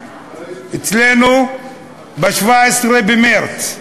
אצלנו ב-17 במרס,